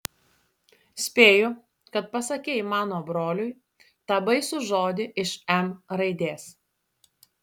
spėju kad pasakei mano broliui tą baisų žodį iš m raidės